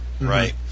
Right